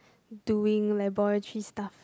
doing laboratory stuff